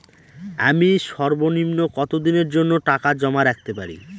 আমি সর্বনিম্ন কতদিনের জন্য টাকা জমা রাখতে পারি?